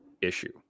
issue